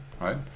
right